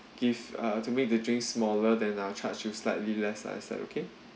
give uh to make the drinks smaller then I will charge you slightly less ice is that okay